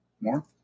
More